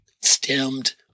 stemmed